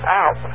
out